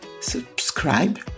subscribe